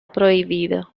prohibido